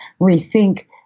rethink